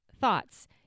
thoughts